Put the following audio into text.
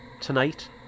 Tonight